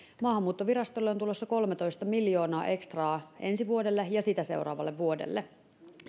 maahanmuuttovirastolle on tulossa kolmetoista miljoonaa ekstraa ensi vuodelle ja sitä seuraavalle vuodelle